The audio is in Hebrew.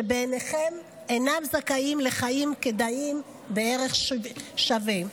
שבעיניכם אינן זכאיות לחיים כדאיים בערך שווה.